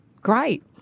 Great